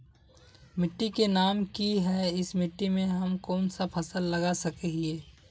मिट्टी के नाम की है इस मिट्टी में हम कोन सा फसल लगा सके हिय?